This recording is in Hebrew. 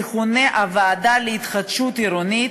תכונה הוועדה להתחדשות עירונית,